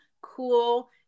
cool